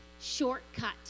shortcut